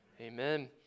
amen